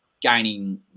gaining